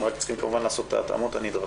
הם רק צריכים לעשות את ההתאמות הנדרשות.